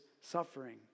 suffering